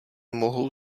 mohou